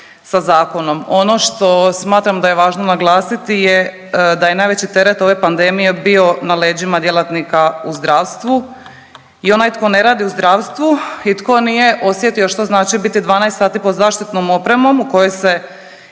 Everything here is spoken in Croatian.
Ono što smatram da je važno naglasiti je da je najveći teret ove pandemije bio na leđima djelatnika u zdravstvu i onaj tko ne radi u zdravstvu i tko nije osjetio što znači biti 12 sati pod zaštitnom opremom u kojoj se